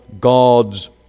God's